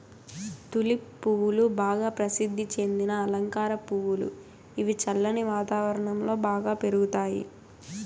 tulip పువ్వులు బాగా ప్రసిద్ది చెందిన అలంకార పువ్వులు, ఇవి చల్లని వాతావరణం లో బాగా పెరుగుతాయి